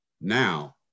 Now